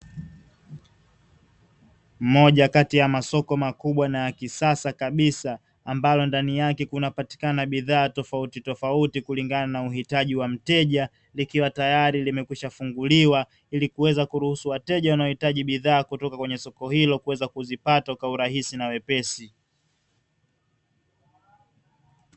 Moja kati ya masoko makubwa na ya kisasa kabisa ambalo ndani yake kunapatikana bidhaa tofauti tofauti kulingana na uhitaji wa mteja, likiwa tayari limewekwisha funguliwa ili kuweza kuruhusu wateja wanaohitaji bidhaa kutoka kwenye soko hilo kuweza kuzipata kwa urahisi na wepesi.